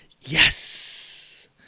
yes